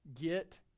get